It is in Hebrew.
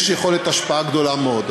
יש יכולת השפעה גדולה מאוד.